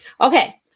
okay